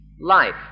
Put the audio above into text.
life